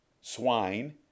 swine